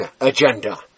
agenda